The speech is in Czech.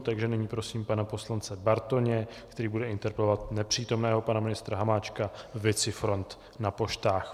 Takže nyní prosím pana poslance Bartoně, který bude interpelovat nepřítomného pana ministra Hamáčka ve věci front na poštách.